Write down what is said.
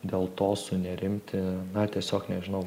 dėl to sunerimti na tiesiog nežinau